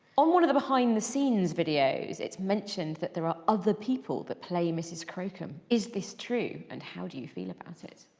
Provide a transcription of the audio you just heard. on one of the behind the scenes videos it is mentioned that there are other people that play mrs crocombe. is this true and how do you feel about it?